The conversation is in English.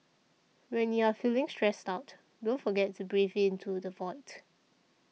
when you are feeling stressed out don't forget to breathe into the void